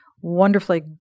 wonderfully